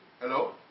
Hello